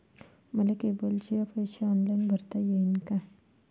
मले केबलचे पैसे ऑनलाईन भरता येईन का?